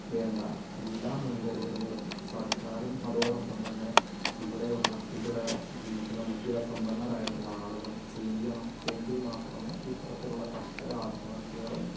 വേണ്ട എല്ലാ മുൻകരുതലകളും സർക്കാരും അതോടൊപ്പം തന്നെ ഇവിടെയുള്ള ഇവിടെ ജീവിക്കുന്ന വിദ്യാസമ്പന്നരായിട്ടുള്ള ആളുകളും ചെയ്യണം എങ്കിൽ മാത്രമേ ഇത്തരത്തിലുള്ള കർഷക ആത്മഹത്യകളും അല്ലെങ്കിൽ